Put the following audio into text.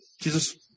Jesus